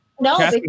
No